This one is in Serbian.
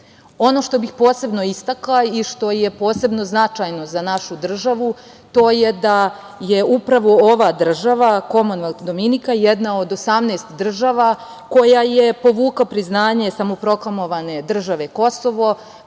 što bih posebno istakla i što je posebno značajno za našu državu to je da je upravo ova država Komonvelt Dominika jedna od 18 država koja je povukla priznanje samoproklamovane države Kosovo